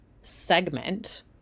segment